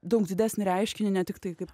daug didesnį reiškinį ne tiktai kaip